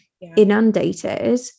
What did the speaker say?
inundated